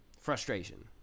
frustration